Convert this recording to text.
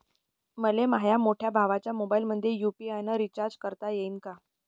मले माह्या मोठ्या भावाच्या मोबाईलमंदी यू.पी.आय न रिचार्ज करता येईन का?